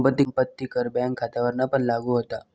संपत्ती कर बँक खात्यांवरपण लागू होता